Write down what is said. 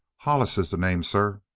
hollis is the name, sir!